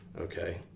Okay